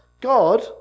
God